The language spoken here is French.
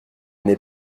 n’est